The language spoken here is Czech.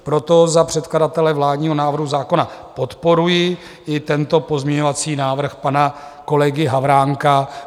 Proto za předkladatele vládního návrhu zákona podporuji i tento pozměňovací návrh pana kolegy Havránka.